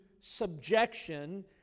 subjection